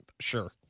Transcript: Sure